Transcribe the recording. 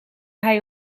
hij